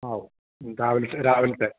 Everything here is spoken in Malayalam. ആവും മ്മ് രാവിലത്തെ രാവിലത്തെ